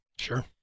Sure